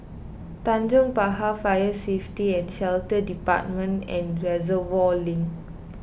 Tanjong Pagar Fire Safety and Shelter Department and Reservoir Link